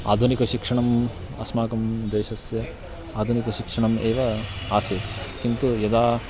आधुनिकशिक्षणम् अस्माकं देशस्य आधुनिकशिक्षणम् एव आसीत् किन्तु यदा